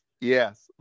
yes